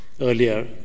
earlier